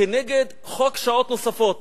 כנגד חוק שעות נוספות.